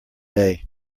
day